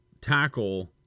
tackle